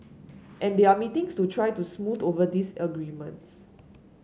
and they are meeting to try to smooth over these disagreements